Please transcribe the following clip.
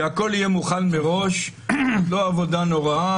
שהכול יהיה מוכן מראש לא עבודה נוראה,